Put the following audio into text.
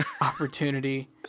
opportunity